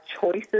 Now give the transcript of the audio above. choices